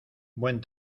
buen